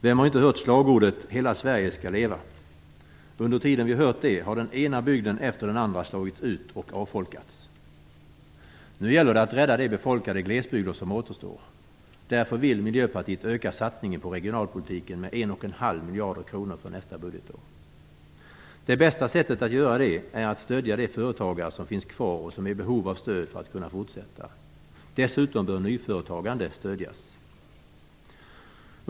Vem har inte hört slagordet "Hela Sverige skall leva"? Under tiden som vi har hört det har den ena bygden efter den andra slagits ut och avfolkats. Nu gäller det att rädda de befolkade glesbygder som återstår. Därför vill Miljöpartiet öka satsningen på regionalpolitiken med 1 1⁄2 miljard kronor för nästa budgetår. Det bästa sättet att göra det är att stödja de företagare som finns kvar och som är i behov av stöd för att kunna fortsätta. Dessutom bör nyföretagande stödjas.